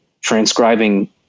transcribing